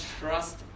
trust